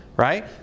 Right